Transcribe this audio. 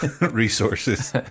resources